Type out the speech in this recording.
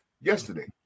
yesterday